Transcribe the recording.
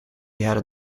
jaren